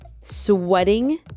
sweating